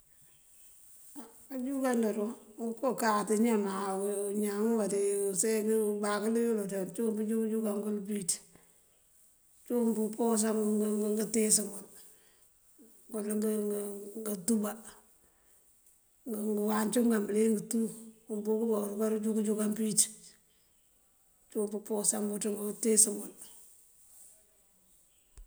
Ank unjúbaru, okáakáaţ iñaŋ. Maa uñaŋumba dí useni ibakëla imëënţiyun cíiwun pëënjuúnk juúnkan ngël pëëwiţ. Cíiwun pëposan ngëëtíisëngun ngël ngëëntúba. ngëëwuu wáncingël bëliyëng tu pur ubo ruka juúnk juúnkan ngël pëëwiţ pur pëposan ngëëtíisëngun.